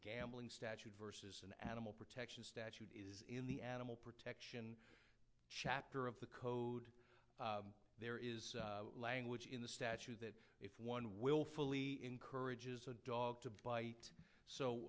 gambling statute versus an animal protection stats in the animal protect chapter of the code there is language in the statute that if one willfully encourages a dog to bite so